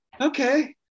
okay